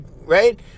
right